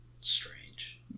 strange